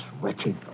wretched